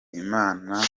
imana